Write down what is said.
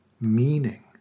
meaning